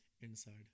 Inside